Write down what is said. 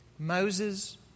Moses